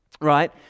right